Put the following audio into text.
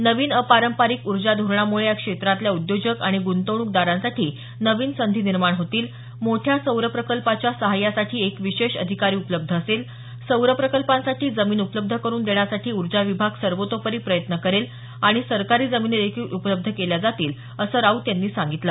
नवीन अपांरपारिक ऊर्जा धोरणामुळे या क्षेत्रातल्या उद्योजक आणि ग्रतंवण्कदारांसाठी नवीन संधी निर्माण होतील मोठया सौर प्रकल्पाच्या सहाय्यासाठी एक विशेष अधिकारी उपलब्ध असेल सौर प्रकल्पांसाठी जमीन उपलब्ध करून देण्यासाठी ऊर्जा विभाग सर्वोतोपरी प्रयत्न करेल आणि सरकारी जमिनी देखील उपलब्ध केल्या जातील असं राऊत यांनी सांगितलं